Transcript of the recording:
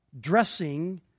dressing